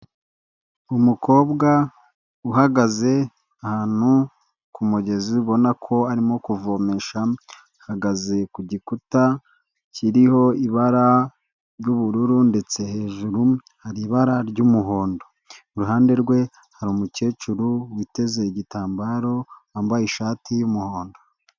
Umukobwa uhagaze ahantu ku kumugezi ubona ko arimo kuvomesha, ahagaze ku gikuta kiriho ibara ry'ubururu ndetse hejuru hari ibara ry'umuhondo, iruhande rwe hari umukecuru witeze igitambaro, wambaye ishati y'umuhondo.